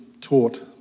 taught